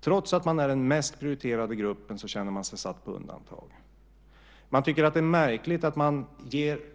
Trots att man är den högst prioriterade gruppen känner man sig satt på undantag. Man tycker att det är märkligt att den här rätten